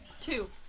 Two